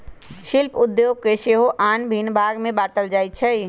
शिल्प उद्योग के सेहो आन भिन्न भाग में बाट्ल जाइ छइ